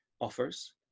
offers